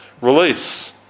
release